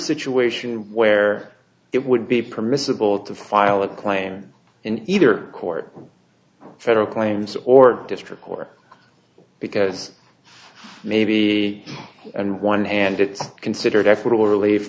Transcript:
situation where it would be permissible to file a claim in either court federal claims or district court because maybe and one hand it's considered equitable relief